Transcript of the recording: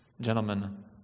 gentlemen